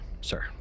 Sir